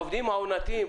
העובדים העונתיים,